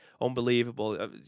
unbelievable